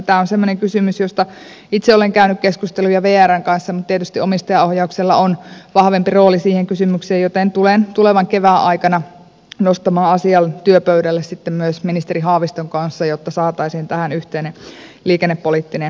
tämä on semmoinen kysymys josta itse olen käynyt keskusteluja vrn kanssa mutta tietysti omistajaohjauksella on vahvempi rooli siihen kysymykseen joten tulen tulevan kevään aikana nostamaan asian työpöydälle sitten myös ministeri haaviston kanssa jotta saataisiin tähän yhteinen liikennepoliittinen näkemys